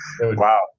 Wow